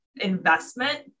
investment